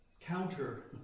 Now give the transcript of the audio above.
counter